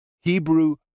Hebrew